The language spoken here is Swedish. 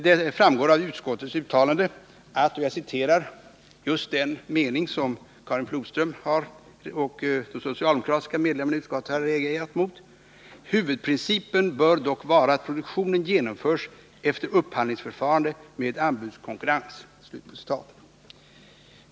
Detta framgår av utskottets uttalande: ”Huvudprincipen bör dock vara att produktionen genomförs efter ett upphandlingsförfarande med anbudskonkurrens.” Det är denna mening som Karin Flodström och socialdemokraterna reagerar mot.